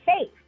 safe